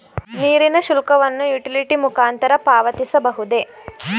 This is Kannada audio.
ನೀರಿನ ಶುಲ್ಕವನ್ನು ಯುಟಿಲಿಟಿ ಮುಖಾಂತರ ಪಾವತಿಸಬಹುದೇ?